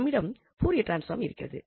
நம்மிடம் Fourier transform இருக்கிறது